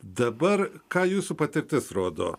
dabar ką jūsų patirtis rodo